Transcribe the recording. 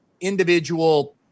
individual